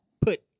put